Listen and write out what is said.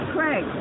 Craig